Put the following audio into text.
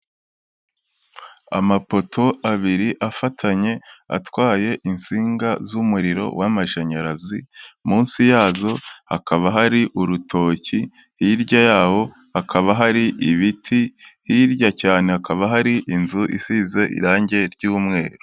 Amapoto abiri afatanye atwaye insinga z'umuriro w'amashanyarazi, munsi yazo hakaba hari urutoki. Hirya yaho hakaba hari ibiti, hirya cyane hakaba hari inzu isize irangi ry'umweru.